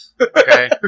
okay